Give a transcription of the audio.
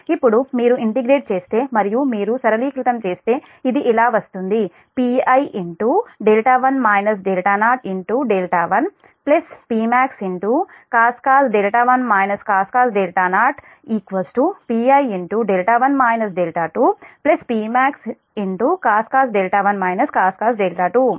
ఇప్పుడు మీరు ఇంటిగ్రేట్ చేస్తే మరియు మీరు సరళీకృతం చేస్తే ఇది ఇలా వస్తుంది Pi 1 Pmax Pi Pmax